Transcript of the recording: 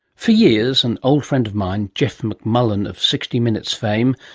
for years an old friend of mine, jeff mcmullen of sixty minutes fame,